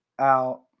out